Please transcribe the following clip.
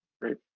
Great